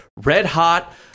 red-hot